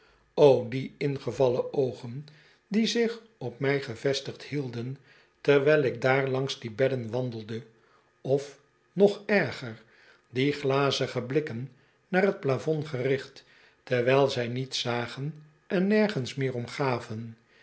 die ingevallen oogen die zich op mij gevestigd hielden terwijl ik daar langs die bedden wandelde of nog erger die glazige blikken naar t plafond gericht terwijl zij niets zagen en nergens meer om